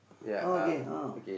okay oh